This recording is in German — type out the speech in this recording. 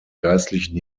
geistlichen